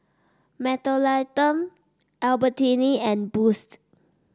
Mentholatum Albertini and Boost